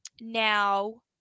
Now